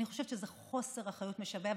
אני חושבת שזה חוסר אחריות משווע.